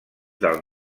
del